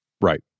right